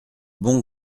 bon